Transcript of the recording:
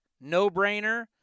no-brainer